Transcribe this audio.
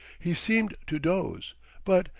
he seemed to doze but,